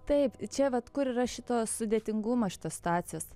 taip čia vat kur yra šito sudėtingumas šitos stacijos